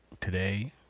today